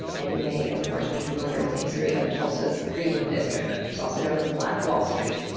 and you may, of course, be familiar with the history of tulsa's greenwood district, which was also known as black wall street.